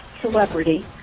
celebrity